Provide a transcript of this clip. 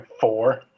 four